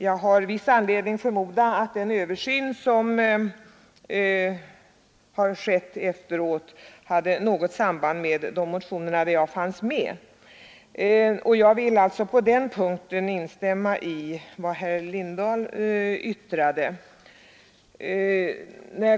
Jag har viss anledning förmoda att den översyn som har skett efteråt har haft samband med de motioner som jag varit med om att väcka. Jag vill alltså på den punkten instämma i vad herr Lindahl yttrade.